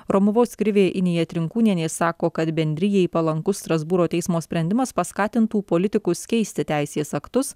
romuvos krivijai inija trinkūnienė sako kad bendrijai palankus strasbūro teismo sprendimas paskatintų politikus keisti teisės aktus